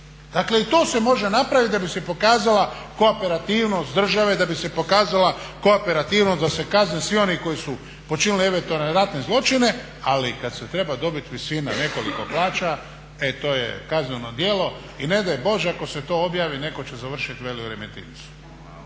Dakle i to se može napraviti da bi se pokazala kooperativnost države, da bi se pokazala kooperativnost da se kazne svi oni koji su počinili eventualne ratne zločine, ali kad se treba dobiti visina nekoliko plaća e to je kazneno djelo i ne daj Bože ako se to objavi netko će završiti veli u Remetincu.